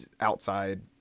outside